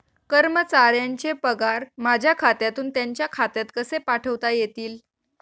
कर्मचाऱ्यांचे पगार माझ्या खात्यातून त्यांच्या खात्यात कसे पाठवता येतील?